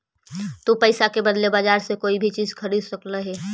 तु पईसा के बदले बजार से कोई भी चीज खरीद सकले हें